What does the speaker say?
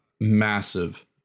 massive